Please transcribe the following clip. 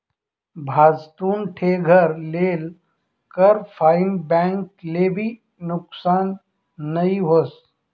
भाजतुन ठे घर लेल कर फाईन बैंक ले भी नुकसान नई व्हस